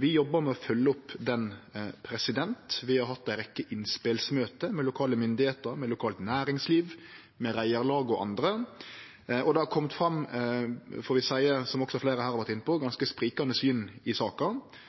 Vi jobbar med å følgje opp dette. Vi har hatt ei rekke innspelsmøte med lokale myndigheiter, med lokalt næringsliv, med reiarlag og andre, og det har kome fram – får vi seie, som også fleire her har vore inne på – ganske sprikande syn i saka.